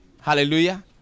Hallelujah